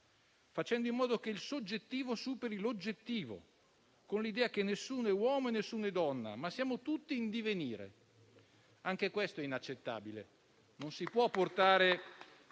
facendo in modo che il soggettivo superi l'oggettivo, con l'idea che nessuno è uomo e nessuno è donna, ma siamo tutti in divenire. Anche questo è inaccettabile. Non si può portare